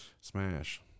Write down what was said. smash